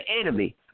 enemy